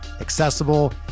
accessible